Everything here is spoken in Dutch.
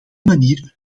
manier